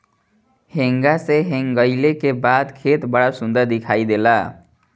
हेंगा से हेंगईले के बाद खेत बड़ा सुंदर दिखाई देला